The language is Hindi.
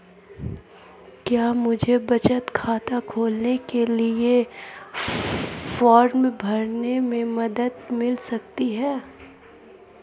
क्या मुझे बचत खाता खोलने के लिए फॉर्म भरने में मदद मिल सकती है?